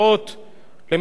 למשטרים אפלים.